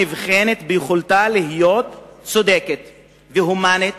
נבחנת ביכולתה להיות צודקת והומנית